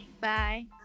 Bye